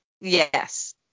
Yes